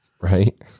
right